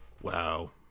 Wow